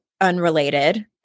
unrelated –